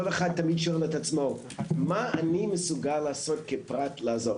כל אחד שואל את עצמו מה אני מסוגל לעשות כפרט לעשות?